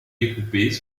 découpés